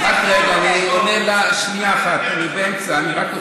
שנייה אחת, אני באמצע.